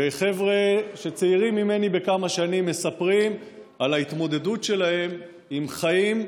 חבר'ה שצעירים ממני בכמה שנים מספרים על ההתמודדות שלהם עם החיים,